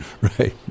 right